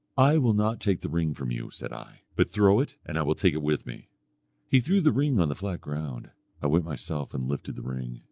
i will not take the ring from you said i, but throw it and i will take it with me he threw the ring on the flat ground i went myself and lifted the ring,